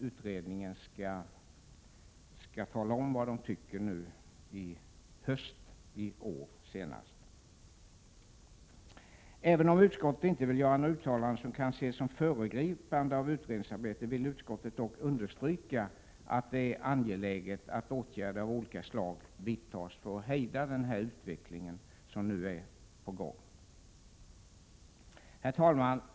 Utredningen skall vara klar med sitt arbete senast till hösten i år. Även om utskottet inte vill göra några uttalanden som kan ses som föregripande av utredningsarbetet, vill utskottet dock understryka att det är angeläget att åtgärder av olika slag vidtas för att hejda den utveckling som nu är på gång. Herr talman!